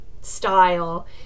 style